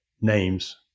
names